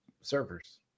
servers